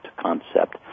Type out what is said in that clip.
concept